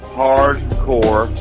hardcore